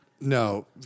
No